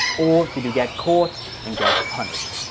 or did you get caught and get punished?